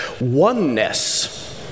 oneness